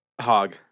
Hog